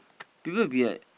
people will be like